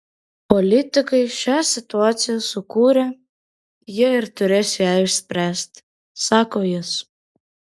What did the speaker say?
politikai šią situaciją sukūrė jie ir turės ją išspręsti sako jis